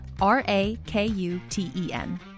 R-A-K-U-T-E-N